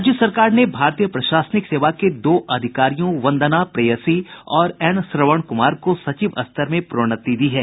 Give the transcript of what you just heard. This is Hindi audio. राज्य सरकार ने भारतीय प्रशासनिक सेवा के दो अधिकारियों वंदना प्रेयसी और एन श्रवण कुमार को सचिव स्तर में प्रोन्नति दी है